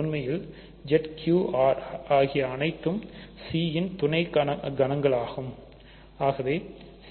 உண்மையில்ZQR ஆகிய அனைத்தும் C ன் துணைகணங்கள்